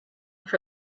for